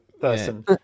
Person